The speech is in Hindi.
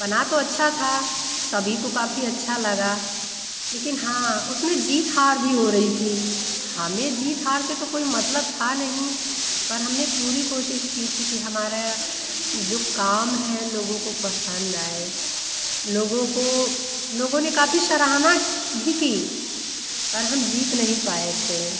बना तो अच्छा था सभी को काफ़ी अच्छा लगा लेकिन हाँ उसमें जीत हार भी हो रही थी हमें जीत हार से तो कोई मतलब था नहीं पर हम ने पूरी कोशिश की थी कि हमारा जो काम है लोगों को पसंद आए लोगों को लोगों ने काफ़ी सराहना भी की पर हम जीत नहीं पाए थे